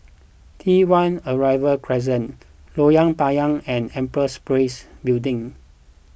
T one Arrival Crescent Lorong Payah and Empress Place Building